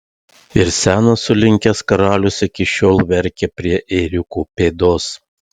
ir senas sulinkęs karalius iki šiol verkia prie ėriuko pėdos